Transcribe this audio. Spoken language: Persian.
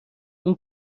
اون